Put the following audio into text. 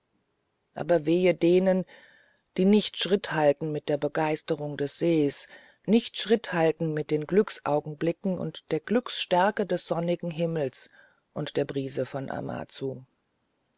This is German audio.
aber wehe denen die nicht schritt halten mit der begeisterung des sees nicht schritt halten mit den glücksaugenblicken und der glücksstärke des sonnigen himmels und der brise von amazu